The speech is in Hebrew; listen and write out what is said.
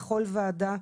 בכל ועדה,